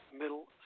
middle